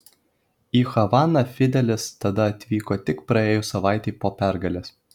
į havaną fidelis tada atvyko tik praėjus savaitei po pergalės